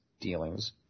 dealings